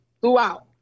throughout